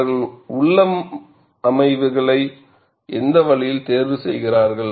அவர்கள் உள்ளமைவுகளை எந்த வழியில் தேர்வு செய்கிறார்கள்